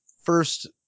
first